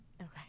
Okay